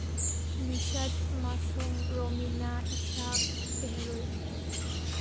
ꯅꯤꯁꯠ ꯃꯥꯁꯨꯝ ꯔꯣꯃꯤꯅꯥ ꯏꯁꯥꯛ ꯇꯦꯍꯔꯨꯜ